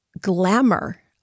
glamour